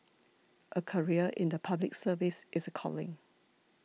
a career in the Public Service is a calling